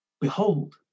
Behold